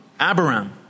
Abraham